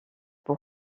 pour